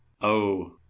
Oh